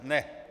Ne.